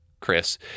Chris